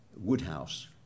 Woodhouse